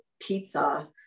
pizza